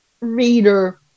reader